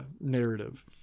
narrative